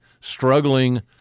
struggling